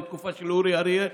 עוד בתקופה של אורי אריאל,